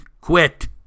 quit